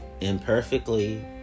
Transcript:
imperfectly